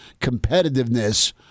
competitiveness